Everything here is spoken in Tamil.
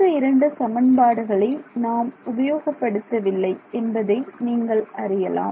மற்ற இரண்டு சமன்பாடுகளை நாம் உபயோகப்படுத்தவில்லை என்பதை நீங்கள் அறியலாம்